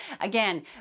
again